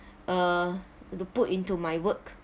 uh to put into my work